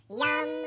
yum